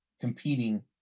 competing